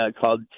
called